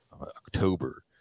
October